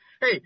Hey